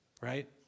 right